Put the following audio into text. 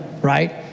right